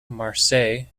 marseille